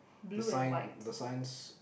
the sign the signs